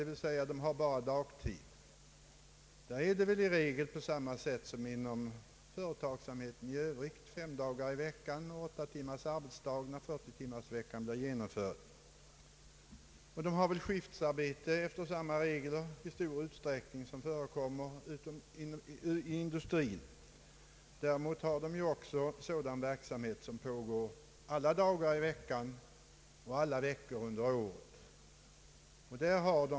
I dessa fall är det som regel på samma sätt som inom företagsamheten i allmänhet, fem arbetsdagar i veckan och åtta timmars arbetsdag när 40-timmarsveckan är genomförd. Dessa regler gäller i stor utsträckning inom industrin. Inom statsoch kommunalförvaltning har man däremot också verksamhet som pågår alla dagar i veckan och alla veckor under året.